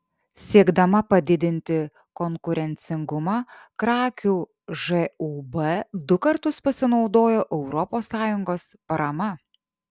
siekdama padidinti konkurencingumą krakių žūb du kartus pasinaudojo europos sąjungos parama